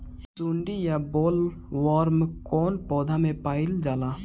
सुंडी या बॉलवर्म कौन पौधा में पाइल जाला?